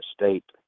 State